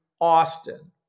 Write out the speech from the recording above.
Austin